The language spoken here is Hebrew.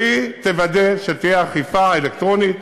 והיא תוודא שתהיה אכיפה אלקטרונית,